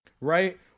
Right